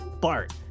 Bart